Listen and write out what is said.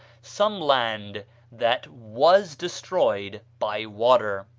some land that was destroyed by water.